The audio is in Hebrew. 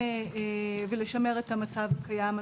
ולשמר את המצב הקיים.